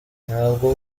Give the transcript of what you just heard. ntabwo